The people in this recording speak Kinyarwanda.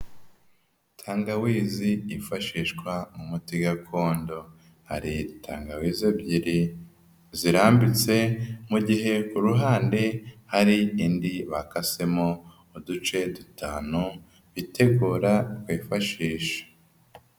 Tangawizi yifashishwa nk'umuti gakondo. Hari tangawizi ebyiri zirambitse, mu gihe ku ruhande hari indi bakasemo uduce dutanu bitegura kwifashisha.